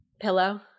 pillow